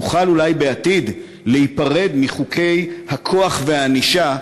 נוכל אולי בעתיד להיפרד מחוקי הכוח והענישה,